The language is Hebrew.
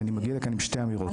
ואני מגיע לכאן עם שתי אמירות.